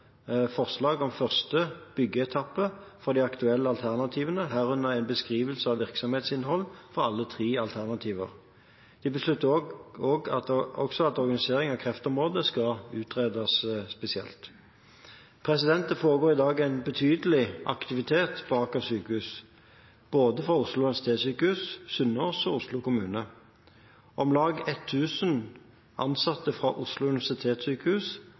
forslag om første byggeetappe for de aktuelle alternativene, herunder en beskrivelse av virksomhetsinnhold for alle tre alternativer. De besluttet også at organiseringen av kreftområdet skal utredes spesielt. Det foregår i dag en betydelig aktivitet på Aker sykehus, både for Oslo universitetssykehus, Sunnaas og Oslo kommune. Om lag 1 000 ansatte fra Oslo universitetssykehus